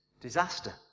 disaster